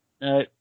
No